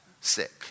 sick